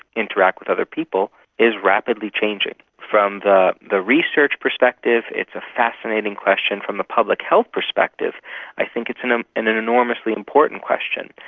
interact with other people is rapidly changing. from the the research perspective it's a fascinating question. from the public health perspective i think it's an um and an enormously important question.